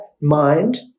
mind